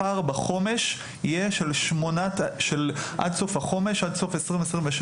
הפער בחומש יהיה עד סוף החומש עד סוף 2026,